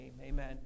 Amen